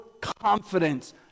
confidence